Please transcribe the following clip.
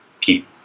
Keep